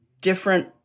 different